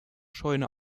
scheune